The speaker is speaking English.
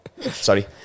sorry